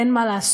אין מה לעשות,